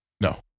No